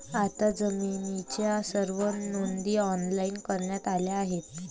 आता जमिनीच्या सर्व नोंदी ऑनलाइन करण्यात आल्या आहेत